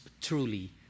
truly